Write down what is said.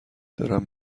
دارم